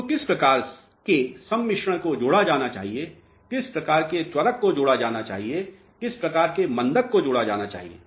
तो किस प्रकार के सम्मिश्रण को जोड़ा जाना चाहिए किस प्रकार के त्वरक को जोड़ा जाना चाहिए किस प्रकार के मंदक को जोड़ा जाना चाहिए